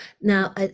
now